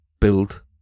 build